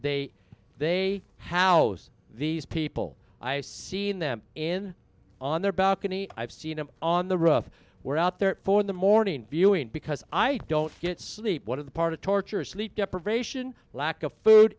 they they house these people i've seen them in on their balcony i've seen him on the roof we're out there for the morning viewing because i don't get sleep what are the part of torture sleep deprivation lack of food